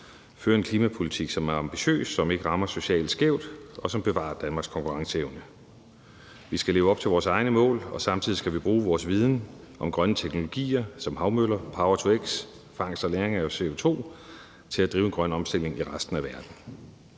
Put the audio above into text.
føre en klimapolitik, som er ambitiøs, som ikke rammer socialt skævt, og som bevarer Danmarks konkurrenceevne. Vi skal leve op til vores egne mål, og samtidig skal vi bruge vores viden om grønne teknologier som havmøller, power-to-x og fangst og lagring af CO2 til at drive en grøn omstilling i resten af verden.